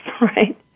right